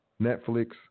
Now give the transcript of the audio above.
Netflix